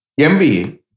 MBA